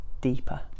deeper